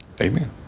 Amen